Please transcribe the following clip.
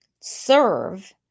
serve